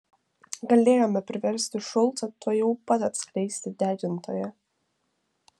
galėjome priversti šulcą tuojau pat atskleisti degintoją